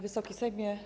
Wysoki Sejmie!